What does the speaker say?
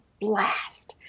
blast